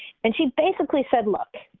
and she basically said, look,